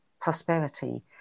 prosperity